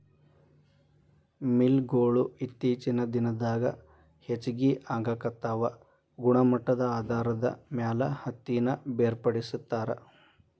mill ಗೊಳು ಇತ್ತೇಚಿನ ದಿನದಾಗ ಹೆಚಗಿ ಆಗಾಕತ್ತಾವ ಗುಣಮಟ್ಟದ ಆಧಾರದ ಮ್ಯಾಲ ಹತ್ತಿನ ಬೇರ್ಪಡಿಸತಾರ